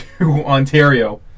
Ontario